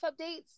updates